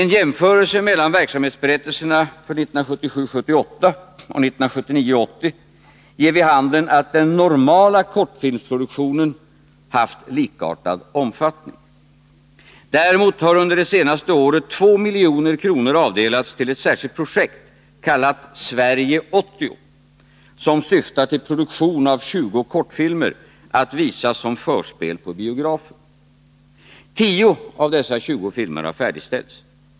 En jämförelse mellan verksamhetsberättelserna för 1977 80 ger vid handen att den normala kortfilmsproduktionen har haft en likartad omfattning. Däremot har under det senaste året 2 milj.kr. avdelats till ett särskilt projekt kallat Sverige 80, som syftar till produktion av 20 kortfilmer att visas som förspel på biografer. 10 av dessa 20 filmer har färdigställts.